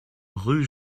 rue